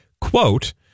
Quote